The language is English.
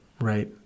Right